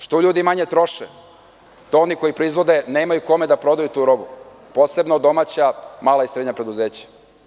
Što ljudi manje troše, to oni koji proizvode nemaju kome da prodaju tu robu, posebno domaća mala i srednja preduzeća.